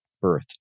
birth